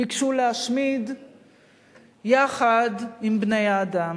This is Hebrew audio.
ביקשו להשמיד יחד עם בני-האדם.